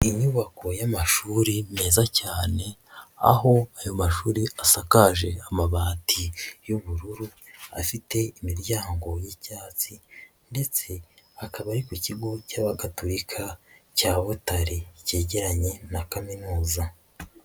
Ni inyubako y'amashuri meza cyane, aho ayo mashuri asakaje amabati y'ubururu afite imiryango y'icyatsi ndetse akaba ari ku kigo cy'abagatolika cya Butare kegeranye na Kaminuza.